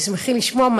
תשמחי לשמוע,